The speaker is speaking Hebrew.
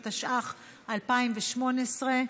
התשע"ח 2018,